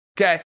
Okay